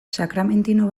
sakramentino